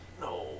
No